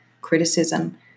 criticism